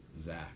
Zach